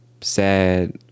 sad